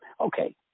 okay